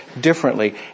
differently